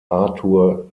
arthur